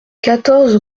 quatorze